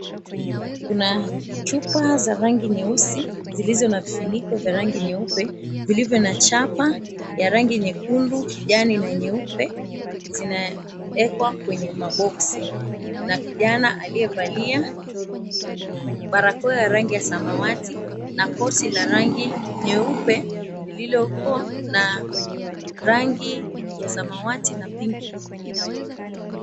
Kuna chupa za rangi nyeusi zilizo na vifiniko vya rangi nyeupe vilivyo na chapa ya rangi nyekundu, kijani na nyeupe zinaekwa kwenye maboksi na kijana aliyevalia barakoa ya rangi ya samawati na koti la rangi nyeupe lililoko na rangi ya samawati na pinki.